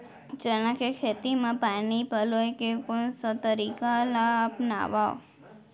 चना के खेती म पानी पलोय के कोन से तरीका ला अपनावव?